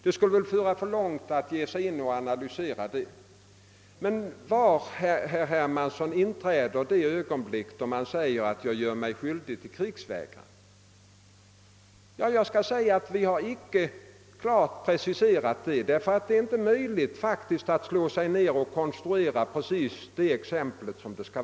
Det skulle föra för långt att gå in på en närmare analys. vägrare det ögonblick då man säger att någon gör sig skyldig till krigsvägran? Vi har icke klart preciserat det i uttalandet, ty det är faktiskt icke möjligt att konstruera just det exempel som krävs.